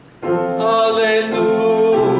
Hallelujah